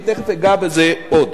ותיכף אגע בזה עוד.